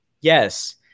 Yes